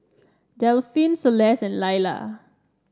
Delphin Celeste and Lilla